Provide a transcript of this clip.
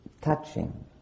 touching